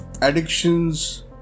addictions